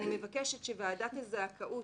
אני מבקשת שוועדת הזכאות